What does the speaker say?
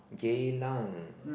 Geylang